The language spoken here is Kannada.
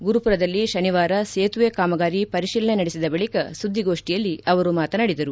ಗುರುಪುರದಲ್ಲಿ ಇಂದು ಸೇತುವೆ ಕಾಮಗಾರಿ ಪರಿಶೀಲನೆ ನಡೆಸಿದ ಬಳಕ ಸುದ್ದಿಗೋಷ್ಠಿಯಲ್ಲಿ ಅವರು ಮಾತನಾಡಿದರು